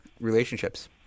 relationships